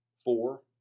Four